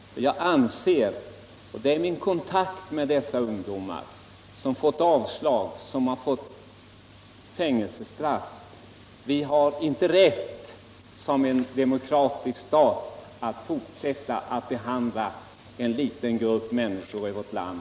Mitt intryck vid kontakter med dessa ungdomar, som har fått avslag på ansökan om vapenfri tjänst och ådömts fängelsestraff, är att vi inte har räckt till som demokratisk stat för att behandla denna grupp människor i vårt land.